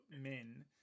men